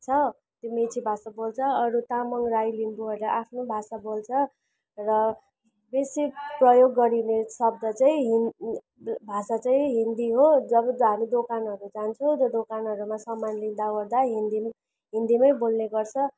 छ त्यो मेचे भाषा बोल्छ अरू तामाङ राई लिम्बुहरू आफ्नै भाषा बोल्छ र बेसी प्रयोग गरिने शब्द चाहिँ हिन भाषा चाहिँ हिन्दी हो जब हामी दोकानहरू जान्छौँ दोकानहरूमा सामान लिँदाओर्दा हिन्दी हिन्दीमै बोल्ने गर्छौँ